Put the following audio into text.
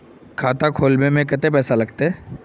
खाता खोलबे में कते पैसा लगते?